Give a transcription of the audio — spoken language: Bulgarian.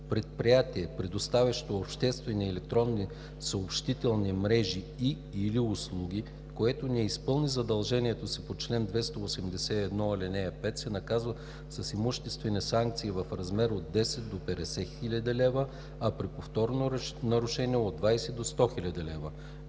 Предприятие, предоставящо обществени електронни съобщителни мрежи и/или услуги, което не изпълни задължението си по чл. 281, ал. 5, се наказва с имуществена санкция в размер от 10 000 до 50 000 лв., а при повторно нарушение – от 20 000 до 100 000 лв.“